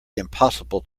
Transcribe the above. impossible